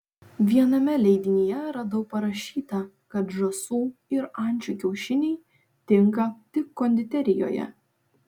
viename leidinyje radau parašyta kad žąsų ir ančių kiaušiniai tinka tik konditerijoje